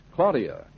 Claudia